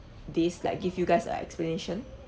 these like give you guys a explanation